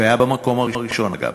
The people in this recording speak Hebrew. שהיה במקום הראשון, אגב.